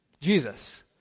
Jesus